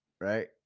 right